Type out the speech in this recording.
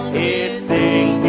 is a